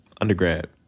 undergrad